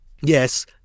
Yes